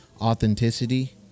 authenticity